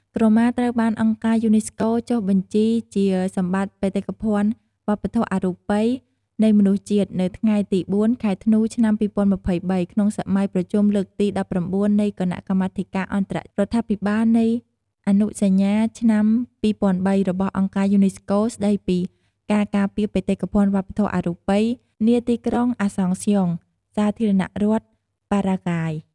ក្រមា ត្រូវបានអង្គការយូណេស្កូ ចុះបញ្ជីជាសម្បត្តិបេតិកភណ្ឌវប្បធម៌អរូបីនៃមនុស្សជាតិ នៅថ្ងៃទី៤ ខែធ្នូ ឆ្នាំ២០២៤ ក្នុងសម័យប្រជុំលើកទី១៩ នៃគណៈកម្មាធិការអន្តររដ្ឋាភិបាលនៃអនុសញ្ញាឆ្នាំ២០០៣របស់អង្គការយូណេស្កូ ស្តីពី «ការការពារបេតិកភណ្ឌវប្បធម៌អរូបី» នាទីក្រុងអាសង់ស្យុង សាធារណរដ្ឋប៉ារ៉ាហ្គាយ។